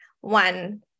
one